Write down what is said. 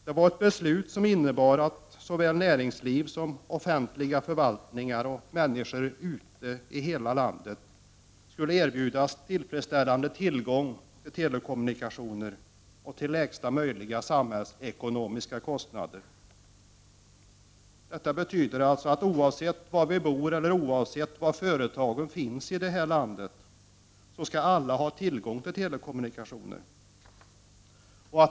Det var ett beslut som innebar att såväl näringsliv som offentliga förvaltningar och människor i hela landet skall erbjudas tillfredsställande tillgång till telekommunikationer till lägsta möjliga samhällsekonomiska kostnader. Detta betyder att oavsett var vi bor eller oavsett var företagen finns i detta avlånga land, så skall alla ha tillgång till telekommunikationer.